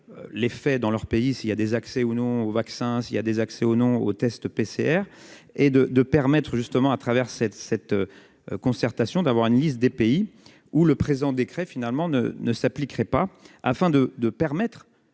les faits dans leur pays, il y a des accès ou non au vaccin, s'il y a des accès ou non aux tests PCR et de de permettre justement à travers cette cette concertation, d'avoir une liste des pays où le présent décret finalement ne ne s'appliquerait pas afin de de permettre,